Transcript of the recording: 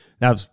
Now